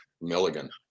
Milligan